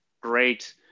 great